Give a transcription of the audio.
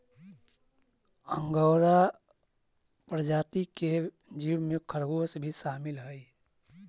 angora प्रजाति के जीव में खरगोश भी शामिल हई